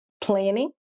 planning